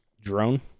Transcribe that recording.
drone